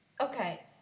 Okay